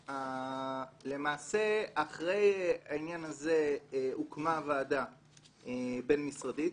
למעשה, אחרי העניין הזה הוקמה ועדה בין-משרדית,